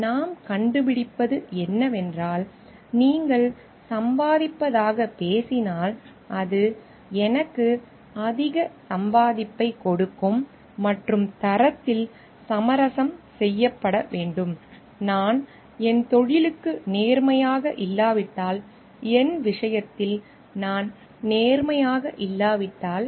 எனவே நாம் கண்டுபிடிப்பது என்னவென்றால் நீங்கள் சம்பாதிப்பதாகப் பேசினால் அது எனக்கு அதிக சம்பாதிப்பைக் கொடுக்கும் மற்றும் தரத்தில் சமரசம் செய்யப்பட வேண்டும் நான் என் தொழிலுக்கு நேர்மையாக இல்லாவிட்டால் என் விஷயத்தில் நான் நேர்மையாக இல்லாவிட்டால்